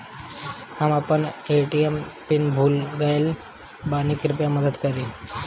हम अपन ATM PIN भूल गएल बानी, कृपया मदद करीं